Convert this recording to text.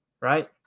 Right